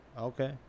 Okay